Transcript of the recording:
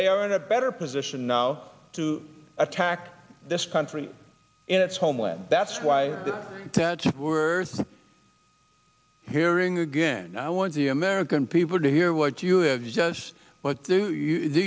they are in a better position now to attack this country in its homeland that's why the that we're hearing again now i want the american people to hear what you have just what do you do